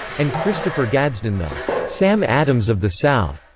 and christopher gadsden the sam adams of the south.